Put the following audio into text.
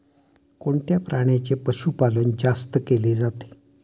कोणत्या प्राण्याचे पशुपालन जास्त केले जाते?